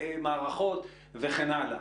מערכות וכן הלאה.